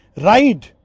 Ride